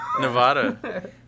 Nevada